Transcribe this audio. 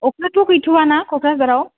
अखाथ गैथ आ ना क'क्राझाराव